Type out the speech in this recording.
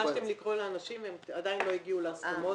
ביקשתם לקרוא לאנשים והם עדין לא הגיעו להסכמות.